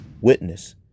witness